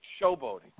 showboating